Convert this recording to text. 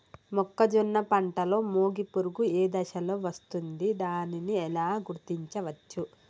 మొక్కజొన్న పంటలో మొగి పురుగు ఏ దశలో వస్తుంది? దానిని ఎలా గుర్తించవచ్చు?